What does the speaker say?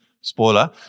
spoiler